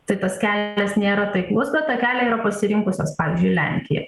tai tas kelias nėra taiklus bet tą kelią yra pasirinkusios pavyzdžiui lenkija